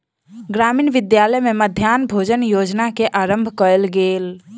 ग्रामीण विद्यालय में मध्याह्न भोजन योजना के आरम्भ कयल गेल